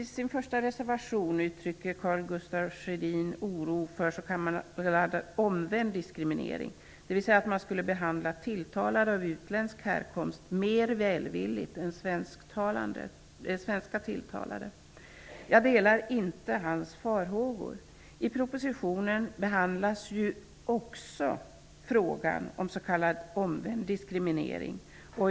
I sin första reservation uttrycker Karl Gustaf Sjödin oro för s.k. omvänd diskriminering, dvs. att man skulle behandla tilltalade av utländsk härkomst mer välvilligt än svenska tilltalade. Jag delar inte hans farhågor. I propositionen behandlas ju också frågan om s.k. omvänd diskriminering.